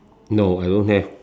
no I don't have